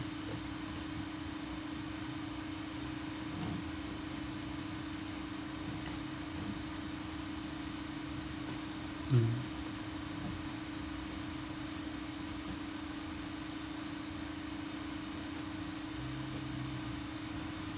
mm